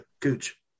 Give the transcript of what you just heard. cooch